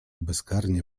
bezkarnie